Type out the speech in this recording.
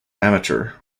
amateur